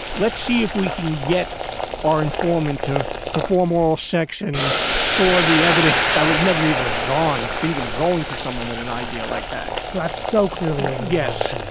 let's see if we can get our informant to perform oral sex and store the evidence. i would never even have gone think of going to someone with an idea like that so that's so clearly over. yes.